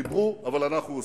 דיברו, אבל אנחנו עושים.